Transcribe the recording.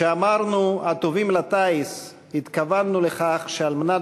"כשאמרנו 'הטובים לטיס' התכוונו לכך שעל מנת